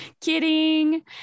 Kidding